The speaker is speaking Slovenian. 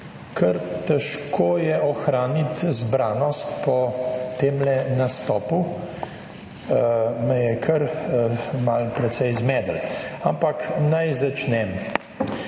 Kar težko je ohraniti zbranost po temle nastopu, me je kar malo precej zmedlo, ampak naj začnem.